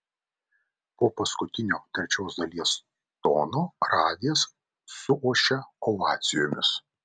po paskutinio trečios dalies tono radijas suošia ovacijomis